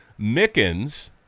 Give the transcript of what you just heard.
Mickens